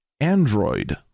Android